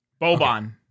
Boban